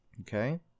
Okay